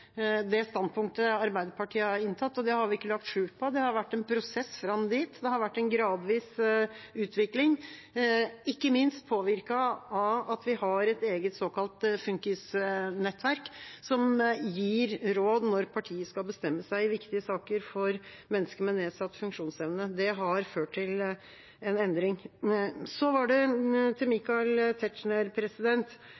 det standpunktet Arbeiderpartiet har inntatt, og det har vi ikke lagt skjul på, det har vært en prosess fram dit, det har vært en gradvis utvikling, ikke minst påvirket av at vi har et eget såkalt funkisnettverk, som gir råd når partiet skal bestemme seg i viktige saker for mennesker med nedsatt funksjonsevne. Det har ført til en endring. Så var det til